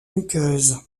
muqueuses